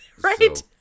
Right